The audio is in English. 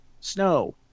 snow